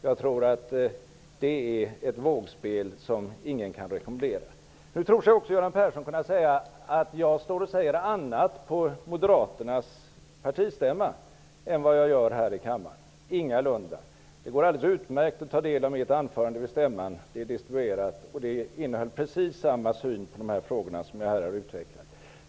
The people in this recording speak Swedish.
Jag tror att det vore ett vågspel som ingen kan rekommendera. Hur kan Göran Persson tro att jag säger något annat på Moderaternas partistämma än vad jag säger här i kammaren? Ingalunda gör jag det. Det går alldeles utmärkt att ta del av mitt anförande vid stämman, vilket är distribuerat. Det innehöll precis samma syn på dessa frågor som jag här har utvecklat.